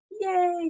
Yay